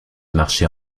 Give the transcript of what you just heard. marchait